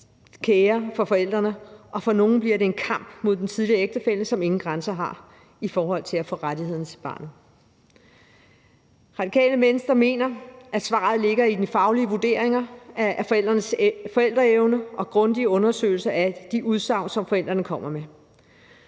kære for forældrene, og det bliver for nogle en kamp, som ingen grænser har, mod den tidligere ægtefælle i forhold til at få rettigheden til barnet. Radikale Venstre mener, at svaret ligger i de faglige vurderinger af forældrenes forældreevne og grundige undersøgelser af de udsagn, som forældrene kommer med.